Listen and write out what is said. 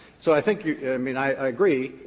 so i think you know i mean, i agree,